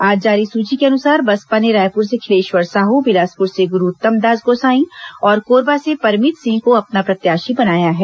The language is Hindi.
आज जारी सूची के अनुसार बसपा ने रायपुर से खिलेश्वर साह बिलासपुर से गुरू उत्तम दास गोसाई और कोरबा से परमित सिंह को अपना प्रत्याशी बनाया है